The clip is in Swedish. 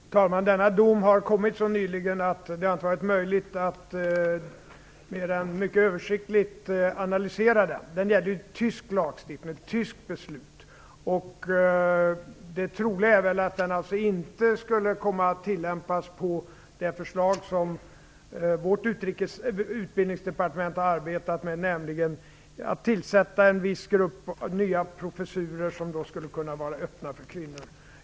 Fru talman! Denna dom har kommit så nyligen att det inte har varit möjligt att mer än mycket översiktligt analysera den. Den gäller tysk lagstiftning och ett tyskt beslut. Det troliga är att den inte skulle komma att tillämpas på det förslag som vårt utbildningsdepartement har arbetat med, nämligen att inrätta en viss grupp nya professurer som skulle vara öppna för kvinnor.